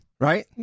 Right